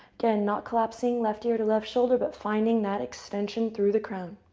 then, not collapsing left ear to left shoulder, but finding that extension through the crown.